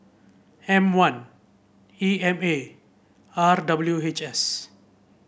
M one E M A and R W H S